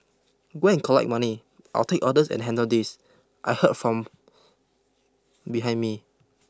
go and collect money I'll take orders and handle this I heard from behind me